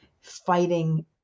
fighting